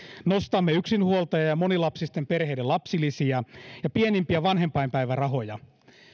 nostamme yksinhuoltaja ja monilapsisten perheiden lapsilisiä ja pienimpiä vanhempainpäivärahoja